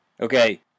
okay